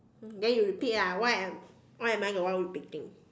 then you repeat lah why am why am I the one repeating